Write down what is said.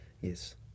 Yes